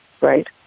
Right